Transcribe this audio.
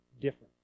different